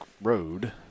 Road